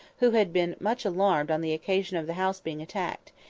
who had been much alarmed on the occasion of the house being attacked,